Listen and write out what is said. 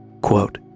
Quote